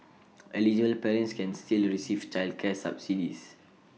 eligible parents can still receive childcare subsidies